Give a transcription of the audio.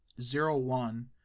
zero-one